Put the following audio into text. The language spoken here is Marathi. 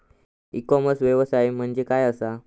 ई कॉमर्स व्यवसाय म्हणजे काय असा?